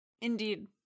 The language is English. Indeed